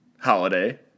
holiday